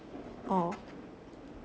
orh